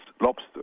lobster